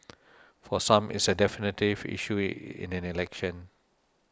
for some it's a definitive issue in an election